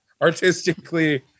artistically